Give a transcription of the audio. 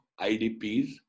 IDPs